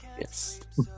Yes